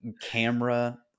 camera